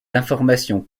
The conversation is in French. informations